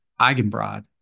Eigenbrod